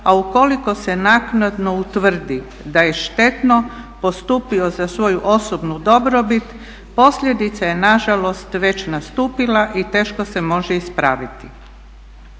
a ukoliko se naknadno utvrdi da je štetno postupio za svoju osobnu dobrobit posljedica je nažalost već nastupila i teško se može ispraviti.